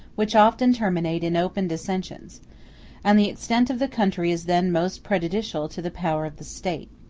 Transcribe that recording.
which often terminate in open dissensions and the extent of the country is then most prejudicial to the power of the state.